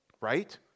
Right